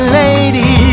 lady